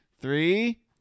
Three